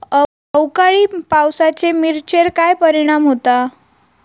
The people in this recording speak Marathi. अवकाळी पावसाचे मिरचेर काय परिणाम होता?